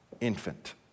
infant